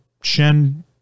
Shen